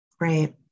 Right